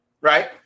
right